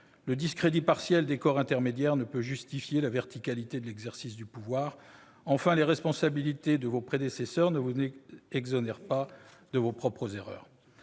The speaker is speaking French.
le discrédit partiel des corps intermédiaires ne peut justifier la verticalité de l'exercice du pouvoir ; enfin, les responsabilités de vos prédécesseurs ne vous exonèrent pas de vos propres erreurs.